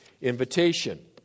invitation